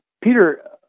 Peter